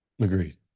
agreed